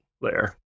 layer